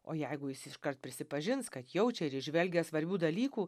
o jeigu jis iškart prisipažins kad jaučia ir įžvelgia svarbių dalykų